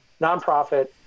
Nonprofit